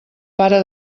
para